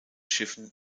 schiffen